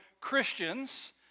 Christians